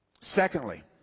Secondly